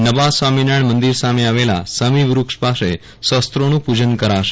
નવા સ્વામિનારાયણ મંદિર સામે આવેલા સમીવૃક્ષ પાસે શસ્ત્રોનું પૂજન કરાશે